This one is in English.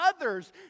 others